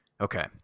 Okay